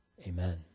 Amen